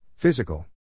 Physical